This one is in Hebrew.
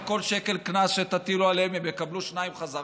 על כל שקל קנס שתטילו עליהם הם יקבלו שניים חזרה.